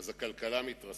הכלכלה מתרסקת.